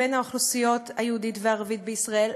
בין האוכלוסייה היהודית לערבית בישראל.